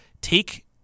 take